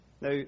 Now